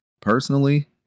personally